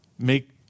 make